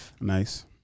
Nice